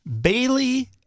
Bailey